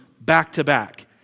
back-to-back